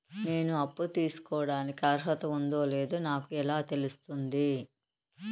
నేను అప్పు తీసుకోడానికి అర్హత ఉందో లేదో నాకు ఎలా తెలుస్తుంది?